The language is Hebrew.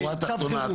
השורה התחתונה.